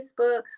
Facebook